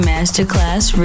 Masterclass